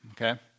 okay